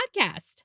podcast